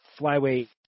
flyweight